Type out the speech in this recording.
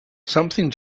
something